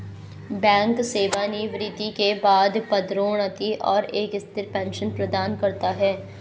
bank सेवानिवृत्ति के बाद पदोन्नति और एक स्थिर पेंशन प्रदान करता है